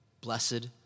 Blessed